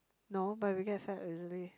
no but we get fat very easily